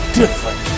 different